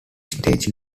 stage